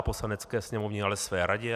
Poslanecké sněmovně, ale své radě.